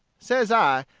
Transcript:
says i,